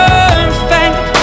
Perfect